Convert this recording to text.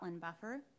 buffer